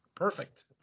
Perfect